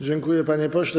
Dziękuję, panie pośle.